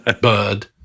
bird